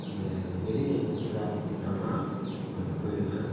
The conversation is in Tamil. வெளியில எங்கேயாச்சும் வேலைக்கு கூப்பிட்டாங்கன்னா அங்கே போய்டுவேன்